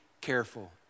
careful